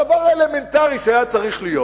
הדבר האלמנטרי שהיה צריך להיות,